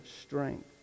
strength